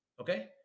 Okay